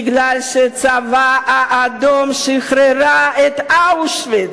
מפני שהצבא האדום שחרר את אושוויץ.